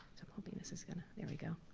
so i'm hoping this is gonna, there we go.